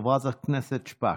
חברת הכנסת שפק,